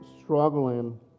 struggling